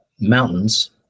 mountains